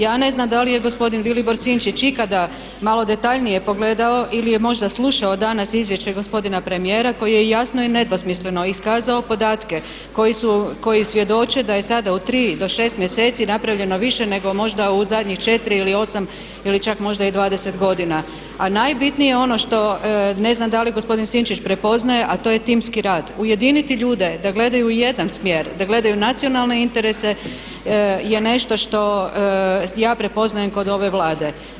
Ja ne znam da li je gospodin Vilibor Sinčić ikada malo detaljnije pogledao ili je možda slušao danas izvješće gospodina premijera koji je jasno i nedvosmisleno iskazao podatke koji svjedoče da je sada od 3-6 mjeseci napravljeno više nego možda u zadnjih 4 ili 8 ili čak možda i 20 godina. a najbitnije je ono što ne znam da li gospodin Sinčić prepoznaje a to je timski rad, ujediniti ljude da gledaju u jedan smjer, da gledaju nacionalne interese je nešto što ja prepoznajem kod ove Vlade.